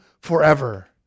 forever